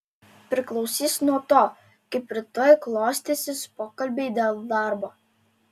priklausys nuo to kaip rytoj klostysis pokalbiai dėl darbo